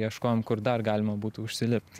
ieškojom kur dar galima būtų užsilipt